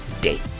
date